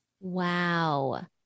Wow